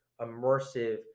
immersive